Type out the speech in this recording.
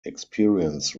experience